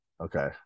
okay